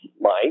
Mike